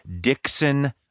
Dixon